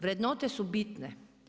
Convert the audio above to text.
Vrednote su bitne.